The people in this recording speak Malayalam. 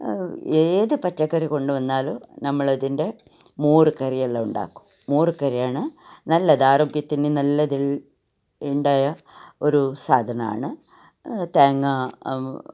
ഏത് പച്ചക്കറി കൊണ്ടു വന്നാലും നമ്മളതിൻ്റെ മോര് കറിയെല്ലാം ഉണ്ടാക്കും മോര് കറിയാണ് നല്ലത് ആരോഗ്യത്തിന് നല്ലത് ഉണ്ടായ ഒരു സാധനമാണ് തേങ്ങ